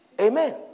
Amen